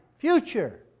future